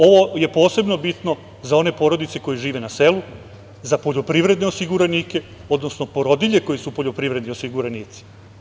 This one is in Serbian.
Ovo je posebno bitno za one porodice koje žive na selu, za poljoprivredne osiguranike, odnosno porodilje koje su poljoprivredni osiguranici.